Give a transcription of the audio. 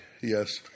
Yes